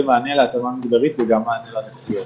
מענה על ההתאמה המגדרית וגם מענה לנכויות.